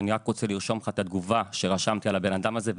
אני רק רוצה לרשום לך את התגובה שרשמתי על בן האדם הזה,